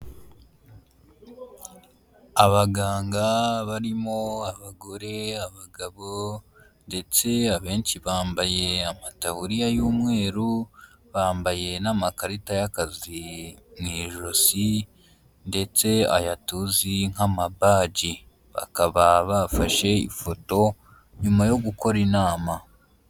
Abaganga barimo abagore, abagabo ndetse abenshi bambaye amataburiya y'umweru bambaye n'amakarita y'akazi mu ijosi ndetse aya tuzi nk'amabaji, bakaba bafashe ifoto nyuma yo gukora inama.